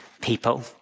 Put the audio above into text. people